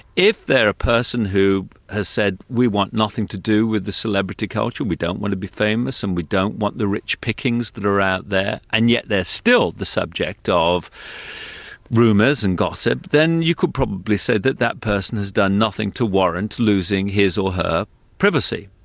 if they're a person who has said, we want nothing to do with the celebrity culture, we don't want to be famous and we don't want the rich pickings that are out there, and yet they're still the subject of rumours and gossip, then you could probably say that that person has done nothing to warrant losing his or her privacy.